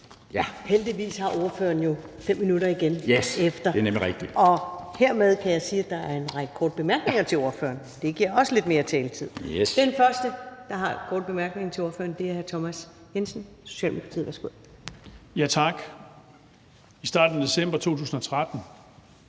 Heldigvis har ordføreren jo 5 minutter igen herefter. (Henning Hyllested (EL): Ja, det er nemlig rigtigt.) Hermed kan jeg sige, at der er en række korte bemærkninger til ordføreren. Det giver også lidt mere taletid. Den første, der har en kort bemærkning til ordføreren, er hr. Thomas Jensen, Socialdemokratiet. Værsgo. Kl. 20:08 Thomas Jensen (S):